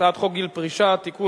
הצעת חוק גיל פרישה (תיקון,